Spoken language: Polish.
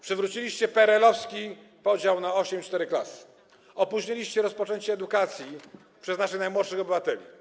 Przywróciliście PRL-owski podział na osiem klas i cztery klasy, opóźniliście rozpoczęcie edukacji przez naszych najmłodszych obywateli.